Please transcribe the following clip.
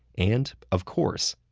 and, of course,